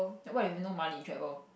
what if you no money in travel